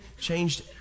changed